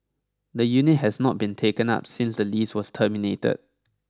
the unit has not been taken up since the lease was terminated